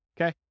Okay